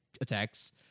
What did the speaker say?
attacks